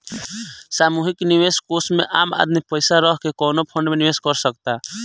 सामूहिक निवेश कोष में आम आदमी पइसा रख के कवनो फंड में निवेश कर सकता